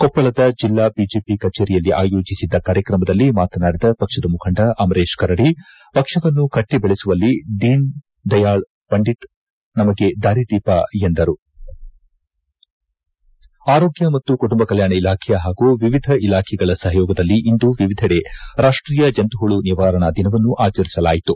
ಕೊಪ್ಪಳದ ಜಿಲ್ಲಾ ಬಿಜೆಪಿ ಕಚೇರಿಯಲ್ಲಿ ಆಯೋಜಿಸಿದ್ದ ಕಾರ್ಯಕ್ರಮದಲ್ಲಿ ಮಾತನಾಡಿದ ಪಕ್ಷದ ಮುಖಂಡ ಅಮರೇಶ್ ಕರಡಿ ಪಕ್ಷವನ್ನು ಕಟ್ಟಿ ಬೆಳೆಸುವಲ್ಲಿ ದೀನದ ದಯಾಳ್ ಪಂಡಿತ್ ನಮಗೆ ದಾರಿ ದೀಪ ಎಂದರು ಆರೋಗ್ಯ ಮತ್ತು ಕುಟುಂಬ ಕಲ್ಯಾಣ ಇಲಾಖೆ ಹಾಗೂ ವಿವಿಧ ಇಲಾಖೆಗಳ ಸಪಯೋಗದಲ್ಲಿ ಇಂದು ವಿವಿಧೆಡೆ ರಾಜ್ಯದ ರಾಷ್ಟೀಯ ಜಂತುಹುಳು ನಿವಾರಣಾ ದಿನವನ್ನು ಆಚರಿಸಲಾಯಿತು